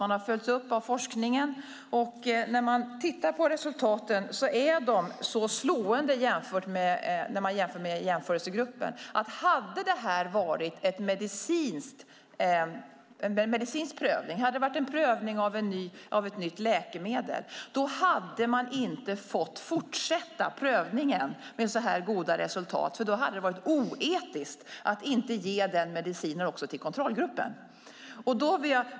Det har följts upp av forskningen, och resultaten är så slående jämfört med kontrollgruppen att hade detta varit en medicinsk prövning av ett nytt läkemedel hade man inte fått fortsätta prövningen, för då hade det varit oetiskt att inte ge medicinen även till kontrollgruppen.